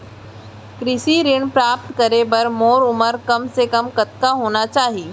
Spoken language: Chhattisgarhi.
कृषि ऋण प्राप्त करे बर मोर उमर कम से कम कतका होना चाहि?